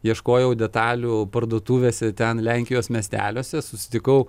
ieškojau detalių parduotuvės ten lenkijos miesteliuose susitikau